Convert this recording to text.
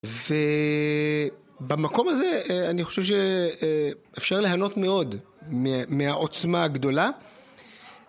ו...במקום הזה, אני חושב ש...אפשר להינות מאוד, מ-מהעוצמה הגדולה.